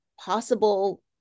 possible